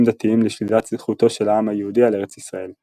דתיים לשלילת זכותו של העם היהודי על ארץ ישראל.